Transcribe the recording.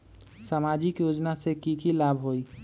सामाजिक योजना से की की लाभ होई?